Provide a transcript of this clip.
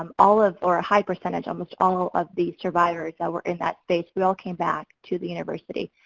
um all of, or a high percentage, almost all of the survivors that were in that space, we all came back to the university.